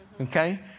Okay